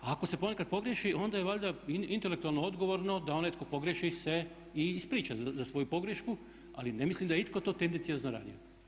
A ako se ponekad pogriješi onda je valjda intelektualno odgovorno da onaj tko pogriješi se i ispriča za svoju pogrešku ali ne mislim da je itko to tendenciozno radio.